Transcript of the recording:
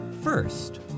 first